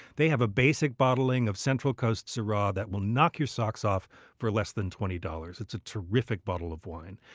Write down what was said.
they have a basic bottling of central coast syrah that will knock your socks off for less than twenty dollars it's a terrific bottle of wine.